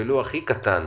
ולו הכי קטן,